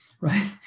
right